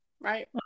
right